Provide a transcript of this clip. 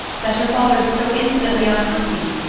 that your father was so infinitely unhappy!